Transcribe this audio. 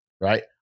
right